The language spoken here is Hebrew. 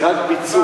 זה רק פיצול.